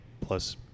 plus